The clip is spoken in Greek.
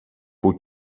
πού